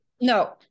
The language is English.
no